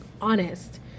honest